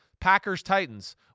Packers-Titans